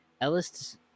Ellis